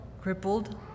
crippled